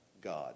God